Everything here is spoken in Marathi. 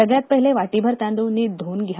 सगळ्यात पहले वाटीभर तांद्रळ नीट धूवून घ्या